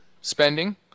spending